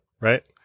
right